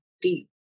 deep